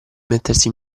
mettersi